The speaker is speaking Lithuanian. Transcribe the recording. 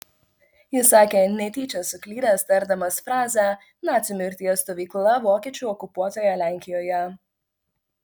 jis sakė netyčia suklydęs tardamas frazę nacių mirties stovykla vokiečių okupuotoje lenkijoje